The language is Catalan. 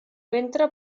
ventre